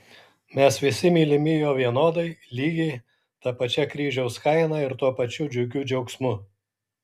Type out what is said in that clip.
mes visi mylimi jo vienodai lygiai ta pačia kryžiaus kaina ir tuo pačiu džiugiu džiaugsmu